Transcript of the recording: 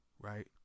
right